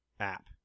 app